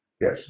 Yes